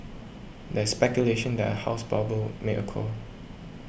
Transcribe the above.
there is speculation that a house bubble may occur